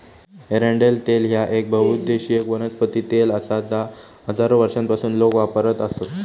एरंडेल तेल ह्या येक बहुउद्देशीय वनस्पती तेल आसा जा हजारो वर्षांपासून लोक वापरत आसत